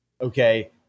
Okay